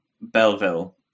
Belleville